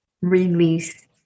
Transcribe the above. release